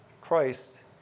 Christ